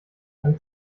man